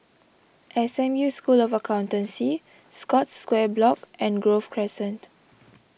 S M U School of Accountancy Scotts Square Block and Grove Crescent